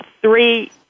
three